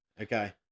Okay